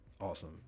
awesome